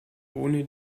ohne